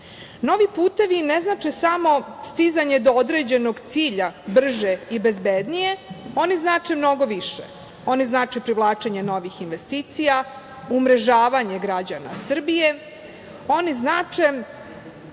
putevi ne znače samo stizanje do određenog cilja brže i bezbednije, oni znače mnogo više, oni znače privlačenje novih investicija, umrežavanje građana Srbije,